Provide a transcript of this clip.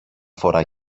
φορά